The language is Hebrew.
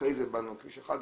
אחרי זה עלינו לכביש 1,